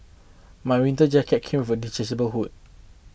my winter jacket came with a detachable hood